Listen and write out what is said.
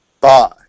Bye